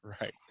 Right